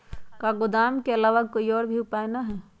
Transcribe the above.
का गोदाम के आलावा कोई और उपाय न ह?